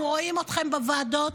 אנחנו רואים אתכן בוועדות.